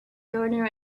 gardener